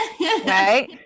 right